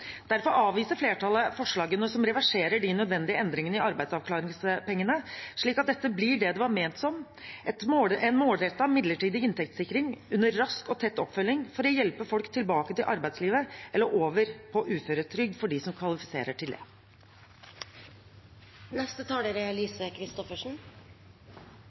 Derfor avviser flertallet forslagene som reverserer de nødvendige endringene i arbeidsavklaringspengene, slik at dette blir det det var ment som: en målrettet midlertidig inntektssikring med rask og tett oppfølging for å hjelpe folk tilbake til arbeidslivet eller over på uføretrygd for dem som kvalifiserer til det. Takk til saksordføreren for hennes arbeid med saken. Dessverre er